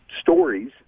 stories